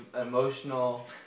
emotional